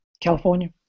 California